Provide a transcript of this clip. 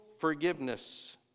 forgiveness